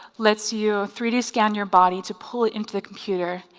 lets you a three d scan your body to pull it into the computer.